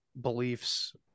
beliefs